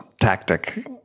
tactic